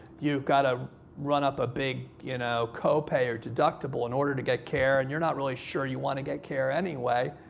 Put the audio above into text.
you've got to run up a big you know copay or deductible in order to get care, and you're not really sure you want to get care anyway.